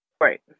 right